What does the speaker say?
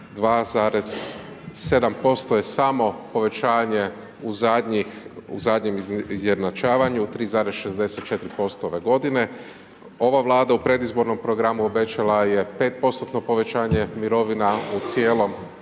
2,7% je samo povećanje u zadnjem izjednačavanju, 3,64% ove godine. Ova vlada u predizbornom programu obećala je 5% povećanje mirovina u cijelom